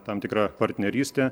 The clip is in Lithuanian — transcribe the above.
tam tikra partnerystė